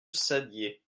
saddier